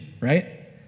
right